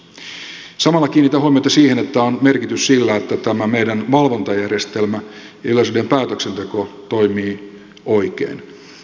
samalla kiinnitän huomiota siihen että on merkitys sillä että tämä meidän valvontajärjestelmämme ja yleisradion päätöksenteko toimivat oikein